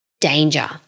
danger